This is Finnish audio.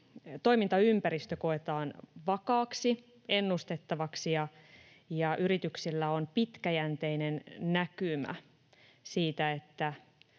toimintaympäristö koetaan vakaaksi ja ennustettavaksi ja yrityksillä on pitkäjänteinen näkymä siitä, mitä